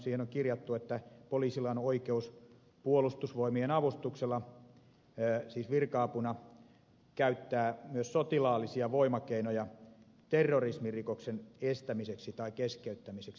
siihen on kirjattu että poliisilla on oikeus puolustusvoimien avustuksella siis virka apuna käyttää myös sotilaallisia voimakeinoja terrorismirikoksen estämiseksi tai keskeyttämiseksi